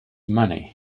money